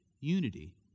unity